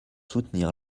soutenir